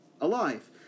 alive